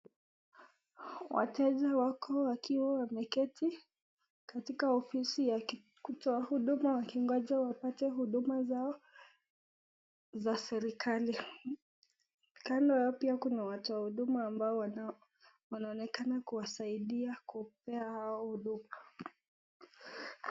Wateja wako wakiwa wameketi katika ofisi ya kutoa huduma wakingoja wapate huduma zao za serikali, kando yao pia kuna watu wa huduma ambao wanaonekana kuwasaidia kupea hawa huduma.